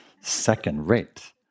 Second-rate